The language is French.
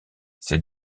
ces